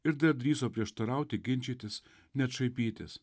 ir dar drįso prieštarauti ginčytis net šaipytis